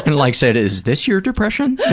and like said, is this your depression,